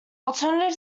alternative